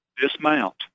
dismount